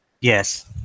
Yes